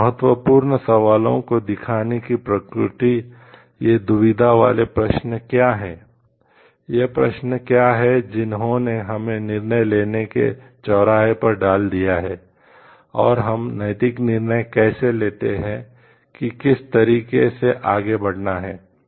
इस महत्वपूर्ण सवालों को दिखाने की प्रकृति ये दुविधा वाले प्रश्न क्या हैं ये प्रश्न क्या हैं जिन्होंने हमें निर्णय लेने के चौराहे पर डाल दिया है और हम नैतिक निर्णय कैसे लेते हैं कि किस तरीके से आगे बढ़ना है